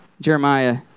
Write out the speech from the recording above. Jeremiah